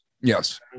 Yes